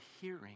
hearing